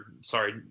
sorry